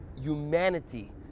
humanity